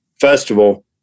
festival